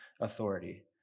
authority